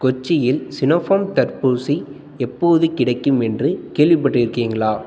கொச்சி இல் சினோஃபார்ம் தடுப்பூசி எப்போது கிடைக்கும் என்று கேள்விப்பட்டுருக்கீங்களா